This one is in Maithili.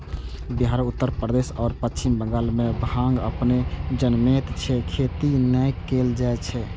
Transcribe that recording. बिहार, उत्तर प्रदेश आ पश्चिम बंगाल मे भांग अपने जनमैत छै, खेती नै कैल जाए छै